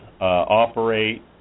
operate